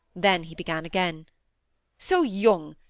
then he began again so young,